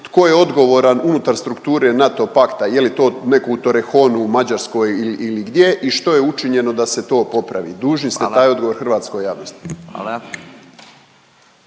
tko je odgovoran unutar strukture NATO pakta je li to neko u Torrejon u Mađarskoj ili gdje i što je učinjeno da se to popravi? Dužni ste taj odgovor hrvatskoj javnosti.